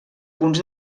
punts